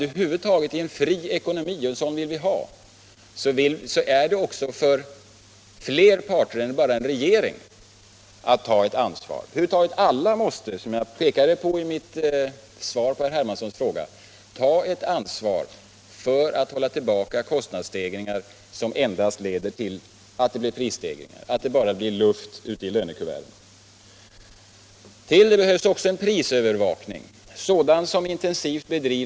Över huvud taget är det i en fri ekonomi — och en sådan vill vi ha — för fler parter än bara en regering viktigt att ta ett ansvar. Alla måste, som jag pekade på i mitt svar på herr Hermanssons fråga, ta ansvar för att vi skall kunna hålla tillbaka kostnadsstegringar som endast leder till att det bara blir luft i lönekuverten. Det behövs också en prisövervakning, och en sådan bedrivs intensivt av SPK.